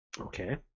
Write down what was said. okay